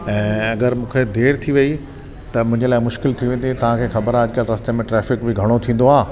ऐं अगरि मुखे देरि थी वई त मुंहिंजे लाइ मुश्किल थी वेंदी तव्हांखे ख़बरु आहे अॼुकल्ह रस्ते में ट्रैफिक बि घणो थींदो आहे